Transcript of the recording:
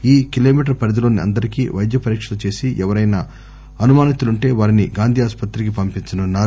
ఈ కిలోమీటరు పరిధిలోని అందరికీ వైద్యపరీక్షలు చేసి ఎవరైనా అనుమానితులుంటే వారిని గాంధీ ఆసుపత్రికి పంపించనున్నారు